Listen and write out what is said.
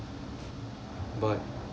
but